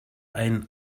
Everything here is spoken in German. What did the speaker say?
ein